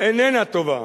איננה טובה.